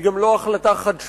היא גם לא החלטה חדשנית.